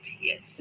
Yes